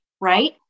right